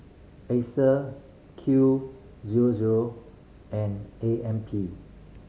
Acer Q zero zero and A M P